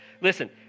Listen